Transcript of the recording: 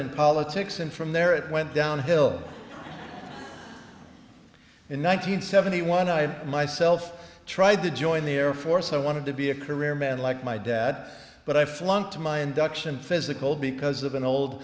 in politics and from there it went downhill in one nine hundred seventy one i myself tried to join the air force i wanted to be a career man like my dad but i flunked my induction physical because of an old